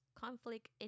conflict